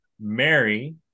mary